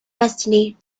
destiny